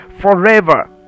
forever